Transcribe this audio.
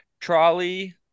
Trolley